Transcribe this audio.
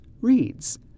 reads